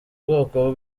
ubwoko